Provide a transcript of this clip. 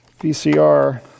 VCR